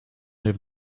have